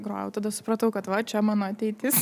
grojau tada supratau kad va čia mano ateitis